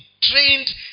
trained